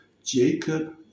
Jacob